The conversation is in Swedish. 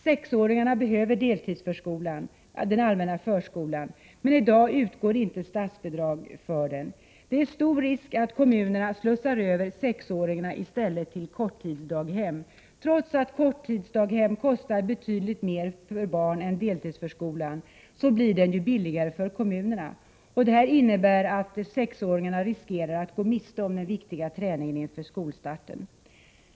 Sexåringarna behöver deltidsförskolan, den allmänna förskolan, men i dag utgår inte statsbidrag för den. Det är i stället stor risk att kommunerna slussar över sexåringarna till korttidsdaghem. Trots att korttidsdaghem kostar betydligt mer per barn än deltidsförskolan blir det billigare för kommunerna. Det här innebär att sexåringarna riskerar att gå miste om den viktiga träningen inför skolstarten.